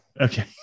Okay